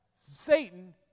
Satan